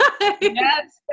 Yes